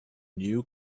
new